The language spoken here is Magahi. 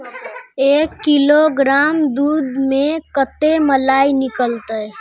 एक किलोग्राम दूध में कते मलाई निकलते?